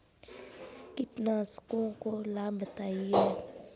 कीटनाशकों के लाभ बताएँ?